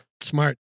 Smart